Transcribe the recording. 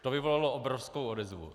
To vyvolalo obrovskou odezvu.